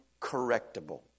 correctable